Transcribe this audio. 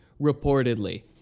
reportedly